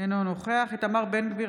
אינו נוכח איתמר בן גביר,